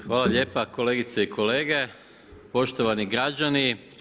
Hvala lijepo kolegice i kolege, poštovani građani.